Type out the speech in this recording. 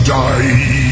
die